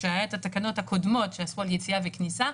כשהיו התקנות הקודמות שאסרו על יציאה וכניסה.